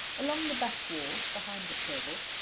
along the back wall, behind the table,